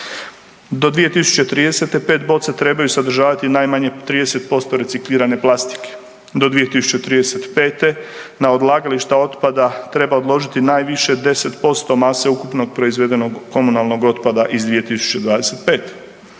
Do 2030. pet boce trebaju sadržavati najmanje 30% reciklirane plastike. Do 2035. na odlagališta otpada treba odložiti najviše 10% mase ukupno proizvedenog komunalnog otpada iz 2025.